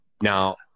Now